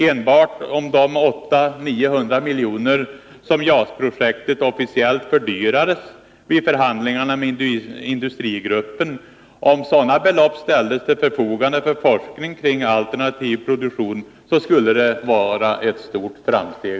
Enbart om de 800-900 milj.kr. som JAS-projektet officiellt fördyrades med vid förhandlingarna med industrigruppen ställdes till förfogande för forskning om alternativ produktion, skulle redan det vara ett stort framsteg.